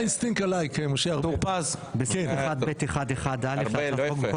בסעיף 1(ב1)(1)(א) להצעת החוק,